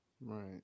Right